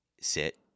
sit